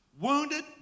wounded